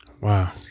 Wow